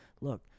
look